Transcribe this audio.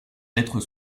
êtres